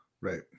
Right